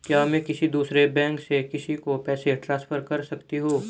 क्या मैं किसी दूसरे बैंक से किसी को पैसे ट्रांसफर कर सकती हूँ?